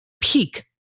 peak